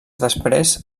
després